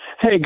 Hey